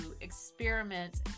experiment